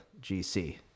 GC